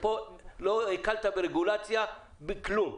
פה לא הקלת ברגולציה בכלום,